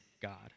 God